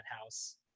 house